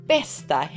Bästa